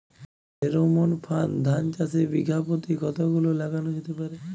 Pheromone ফাঁদ ধান চাষে বিঘা পতি কতগুলো লাগানো যেতে পারে?